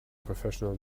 professional